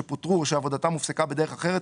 שפוטרו או שעבודתם הופסקה בדרך אחרת,